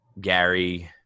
gary